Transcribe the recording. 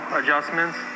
adjustments